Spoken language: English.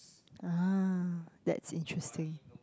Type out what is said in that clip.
ah that's interesting